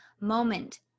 moment